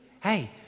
Hey